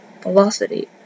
velocity